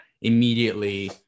immediately